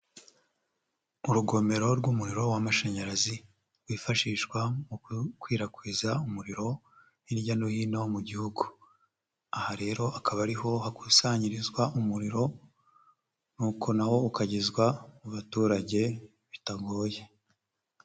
Urugomero rw'umuriro w'amashanyarazi rwifashishwa mu gukwirakwiza umuriro hirya no hino mu gihugu. Aha rero akaba ari ho hakusanyirizwa umuriro, ni uko na wo ukagezwa mu baturage bitagoye.